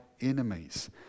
enemies